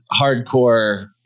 hardcore